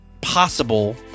Possible